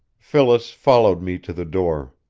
phyllis followed me to the door.